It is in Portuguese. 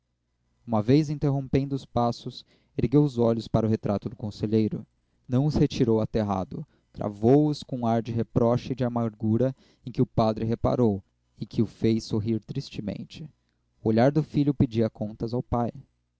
uma vez interrompendo os passos ergueu os olhos para o retrato do conselheiro não os retirou aterrado cravou os com ar de reproche e de amargura em que o padre reparou e que o fez sorrir tristemente o olhar do filho pedia contas ao pai